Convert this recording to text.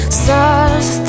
stars